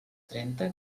trenta